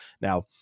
Now